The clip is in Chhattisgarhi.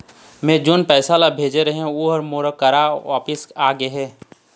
मै जोन पैसा ला भेजे रहें, ऊ हर मोर करा वापिस आ गे हे